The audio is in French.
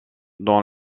dans